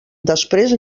després